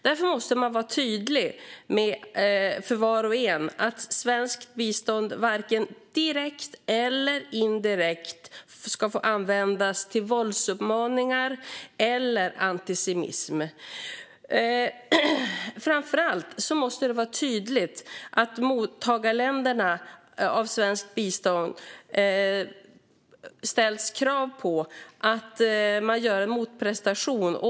Därför måste det vara tydligt för var och en att svenskt bistånd varken direkt eller indirekt ska få användas till våldsuppmaningar eller antisemitism. Framför allt måste det ställas tydliga krav på de länder som tar emot svenskt bistånd att göra en motprestation.